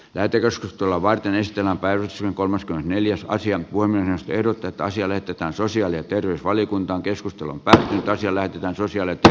täytyy joskus tulla vaihteen esitellään päivisin kolmas ja neljäs asian puiminen ehdotetaan siellä otetaan sosiaali ja terveysvaliokunta keskustelun parhaita siellä susi lakiesityksessä lastialuksina